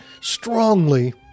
strongly